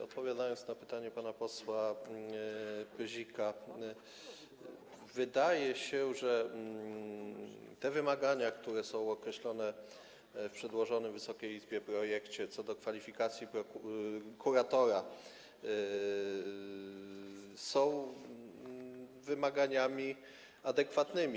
Odpowiadając na pytanie pana posła Pyzika - wydaje się, że te wymagania, które są określone w przedłożonym Wysokiej Izbie projekcie, co do kwalifikacji kuratora są wymaganiami adekwatnymi.